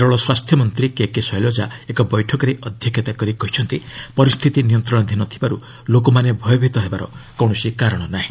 କେରଳ ସ୍ୱାସ୍ଥ୍ୟମନ୍ତ୍ରୀ କେକେ ଶୈଳଜା ଏକ୍ ବୈଠକରେ ଅଧ୍ୟକ୍ଷତା କରି କହିଛନ୍ତି ପରିସ୍ଥିତି ନିୟନ୍ତଣାଧୀନ ଥିବାରୁ ଲୋକମାନେ ଭୟଭୀତ ହେବାର କୌଣସି କାରଣ ନାହିଁ